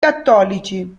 cattolici